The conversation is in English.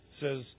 says